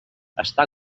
està